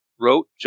wrote